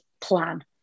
plan